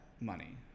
money